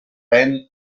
ten